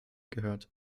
gehört